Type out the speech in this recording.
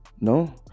No